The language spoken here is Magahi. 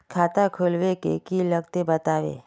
खाता खोलवे के की की लगते बतावे?